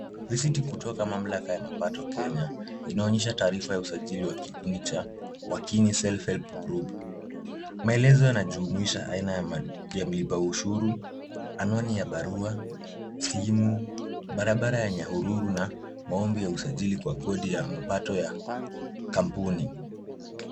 Risiti kutoka mamlaka ya mapato Kenya inaonyesha taarifa ya usajili wa kikundi cha Wakini Self-Help Group . Maelezo yanajumuisha aina ya mlipa ushuru, anwani ya barua, simu, barabara ya Nyahururu na maombi ya usajili kwa kodi ya mapato ya kampuni.